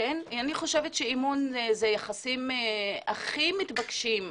כי אני חושבת שאמון זה היחסים הכי מתבקשים,